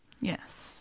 Yes